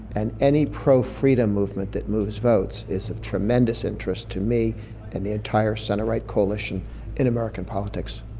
and any pro-freedom movement that moves votes is of tremendous interest to me and the entire centre right coalition in american politics.